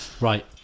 Right